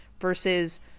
versus